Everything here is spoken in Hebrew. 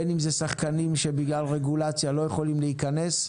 בין אם זה שחקנים שבגלל רגולציה לא יכולים להיכנס,